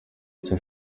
icyo